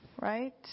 right